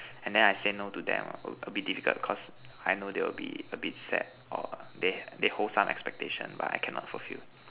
and then I say no to them a bit difficult because I know they will be a bit sad or they they hold some expectation but I cannot fulfill